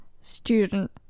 student